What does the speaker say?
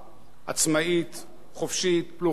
חופשית, פלורליסטית, דמוקרטית.